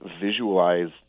visualize